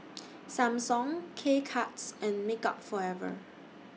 Samsung K Cuts and Makeup Forever